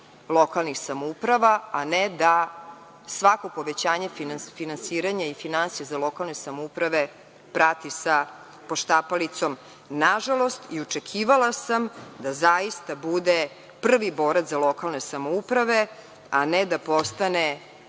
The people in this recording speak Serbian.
lokalnih samouprava, a ne da svako povećanje finansiranja i finansija za lokalne samouprave prati sa poštapalicom – nažalost i očekivala sam, da zaista bude prvi borac za lokalne samouprave, a ne da postane